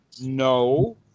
no